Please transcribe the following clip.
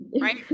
right